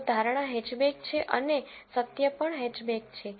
તો ધારણા હેચબેક છે અને સત્ય પણ હેચબેક છે